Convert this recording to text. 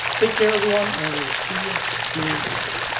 take care everyone, and we will see you soon, i hope.